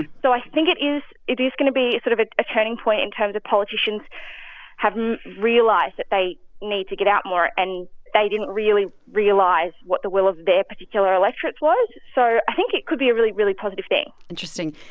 so i think it is it is going to be sort of a turning point in terms of politicians having realized that they need to get out more. and they didn't really realize what the will of their particular electorates was. so i think it could be a really, really positive thing interesting.